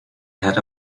had